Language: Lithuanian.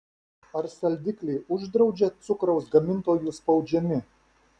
ar saldiklį uždraudžia cukraus gamintojų spaudžiami